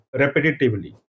repetitively